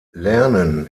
lernen